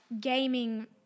gaming –